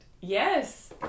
Yes